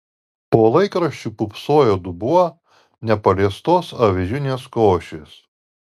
po laikraščiu pūpsojo dubuo nepaliestos avižinės košės